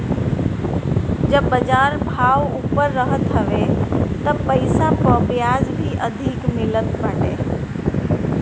जब बाजार भाव ऊपर रहत हवे तब पईसा पअ बियाज भी अधिका मिलत बाटे